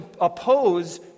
oppose